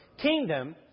kingdom